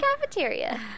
Cafeteria